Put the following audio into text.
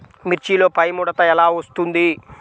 మిర్చిలో పైముడత ఎలా వస్తుంది?